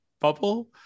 bubble